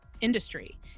industry